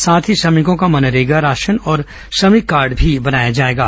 साथ ही श्रमिकों का मनरेगा राशन और श्रमिक कार्ड बनाए जाएंगे